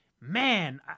Man